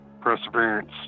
perseverance